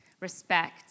respect